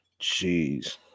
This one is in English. Jeez